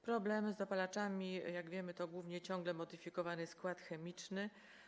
Problem z dopalaczami, jak wiemy, to głównie ciągle modyfikowany skład chemiczny.